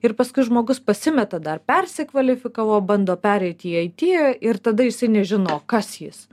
ir paskui žmogus pasimeta dar persikvalifikavo bando pereit į it ir tada jisai nežino kas jis